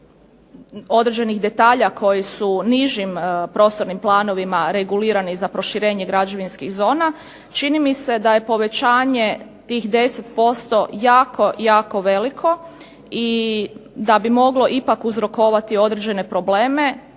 određenih detalja koji su nižim prostornim planovima regulirani za proširenje građevinskih zona, čini mi se da je povećanje tih 10% jako, jako veliko i da bi moglo ipak uzrokovati određene probleme.